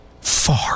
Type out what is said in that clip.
far